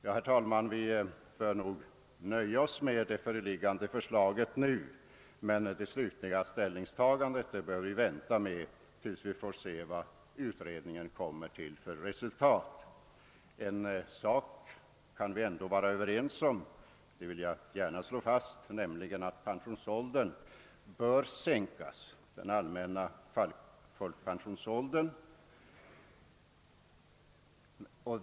Herr talman! Vi bör nog nu nöja oss med det föreliggande förslaget, och vänta med det slutliga ställningstagandet till pensionsåldern tills vi får se resultatet av utredningen. En sak kan vi ändå vara överens om, nämligen att den allmänna folkpensionsåldern bör sänkas.